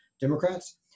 Democrats